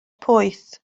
poeth